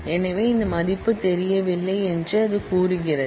எனவே இந்த மதிப்பு தெரியவில்லை என்று அது கூறுகிறது